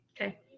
Okay